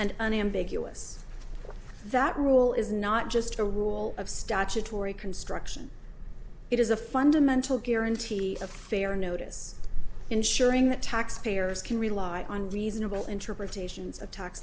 and unambiguous that rule is not just a rule of statutory construction it is a fundamental guarantee of fair notice ensuring that taxpayers can rely on reasonable interpretations